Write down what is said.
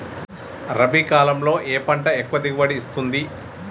రబీ కాలంలో ఏ పంట ఎక్కువ దిగుబడి ఇస్తుంది?